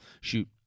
shoot